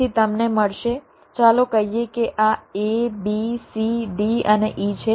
તેથી તમને મળશે ચાલો કહીએ કે આ a b c d અને e છે